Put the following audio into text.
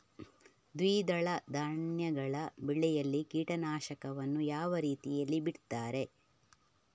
ದ್ವಿದಳ ಧಾನ್ಯಗಳ ಬೆಳೆಯಲ್ಲಿ ಕೀಟನಾಶಕವನ್ನು ಯಾವ ರೀತಿಯಲ್ಲಿ ಬಿಡ್ತಾರೆ?